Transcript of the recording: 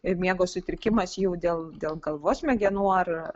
ir miego sutrikimas jau dėl dėl galvos smegenų ar